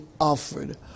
offered